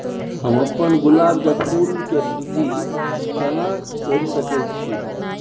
हम अपन गुलाब के फूल के वृद्धि केना करिये सकेत छी?